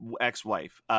ex-wife